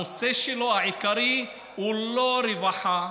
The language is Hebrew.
הנושא העיקרי שלו הוא לא רווחה,